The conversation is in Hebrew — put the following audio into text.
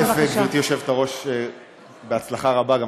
בבקשה.